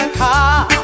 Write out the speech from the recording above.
car